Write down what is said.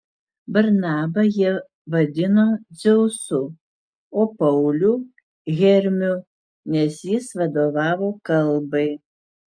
barnabą jie vadino dzeusu o paulių hermiu nes jis vadovavo kalbai